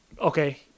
okay